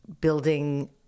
building